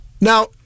now